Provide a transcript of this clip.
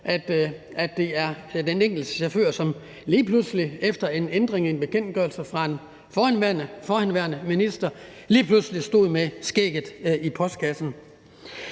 at det er den enkelte chauffør, som lige pludselig efter en ændring i en bekendtgørelse fra en forhenværende minister stod med skægget i postkassen.